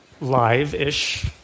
live-ish